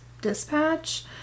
Dispatch